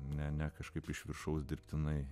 ne ne kažkaip iš viršaus dirbtinai